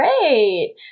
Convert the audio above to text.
great